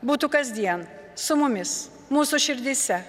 būtų kasdien su mumis mūsų širdyse